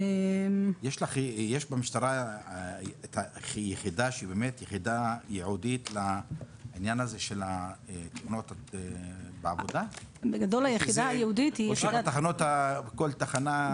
יש למשטרה יחידה ייעודית לעניין הזה של תאונות בעבודה או שכל תחנה...